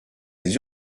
des